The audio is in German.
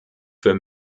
für